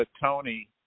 Tony